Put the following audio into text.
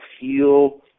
feel